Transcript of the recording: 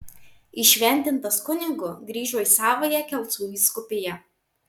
įšventintas kunigu grįžo į savąją kelcų vyskupiją